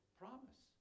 promise